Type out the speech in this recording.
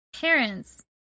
parents